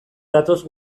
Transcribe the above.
datoz